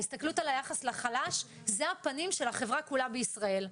ההסתכלות על היחס לחלש היא הפנים של החברה כולה בישראל.